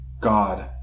God